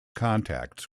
contacts